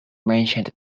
mentioned